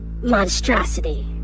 monstrosity